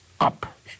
up